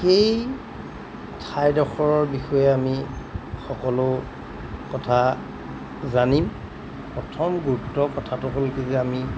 সেই ঠাইডখৰৰ বিষয়ে আমি সকলো কথা জানিম প্ৰথম গুৰুত্বৰ কথাটো হ'লে কি যে আমি